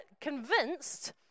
convinced